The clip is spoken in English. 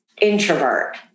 introvert